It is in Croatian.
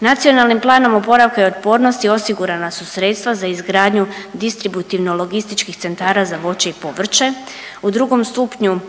Nacionalnim planom oporavka i otpornosti osigurana su sredstva za izgradnju distributivno-logističkih centara za voće i povrće, u drugom stupnju